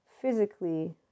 physically